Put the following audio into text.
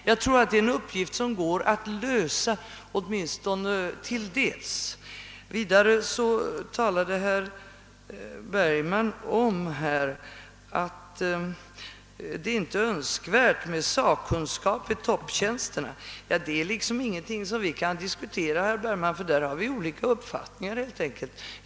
Jag tror att detta problem går att lösa åtminstone till dels. Vidare sade herr Bergman att det inte är önskvärt med sakkunskap hos dem som innehar topptjänsterna. Men det är egentligen ingenting som vi kan diskutera, herr Bergman, ty därvidlag har vi helt enkelt olika uppfattningar.